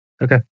Okay